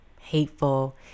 hateful